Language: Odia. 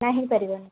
ନା ହୋଇପାରିବନି